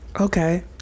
Okay